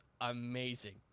amazing